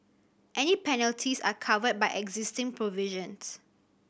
any penalties are covered by existing provisions